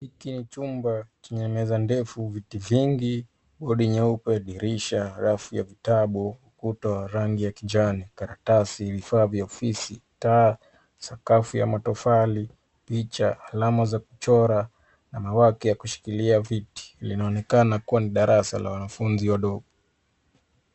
Hiki ni chumba chenye meza ndefu, viti vingi ,bodi nyeupe, dirisha, rafu ya vitatu, ukuta wa rangi ya kijani, karatasi, vifaa vya ofisi ,taa, sakafu ya matofali ,picha, alama za kuchora ya kushikilia viti. Linaonkeana kuwa ni darasa la wanafunzi au dom